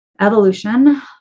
evolution